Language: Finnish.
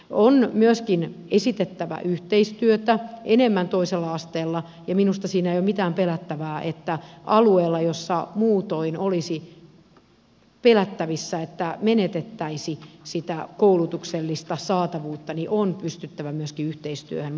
on myöskin esitettävä yhteistyötä enemmän toisella asteella ja minusta siinä ei ole mitään pelättävää että alueella jolla muutoin olisi pelättävissä että menetettäisiin sitä koulutuksellista saatavuutta on pystyttävä myöskin yhteistyöhön